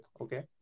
okay